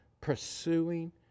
pursuing